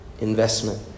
investment